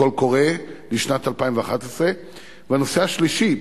קול קורא לשנת 2011. הנושא השלישי,